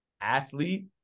athlete